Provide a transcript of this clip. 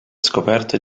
scoperte